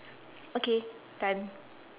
okay done